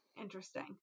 interesting